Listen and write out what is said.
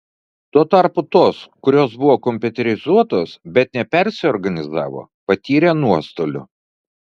tuo tarpu tos kurios buvo kompiuterizuotos bet nepersiorganizavo patyrė nuostolių